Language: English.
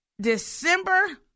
December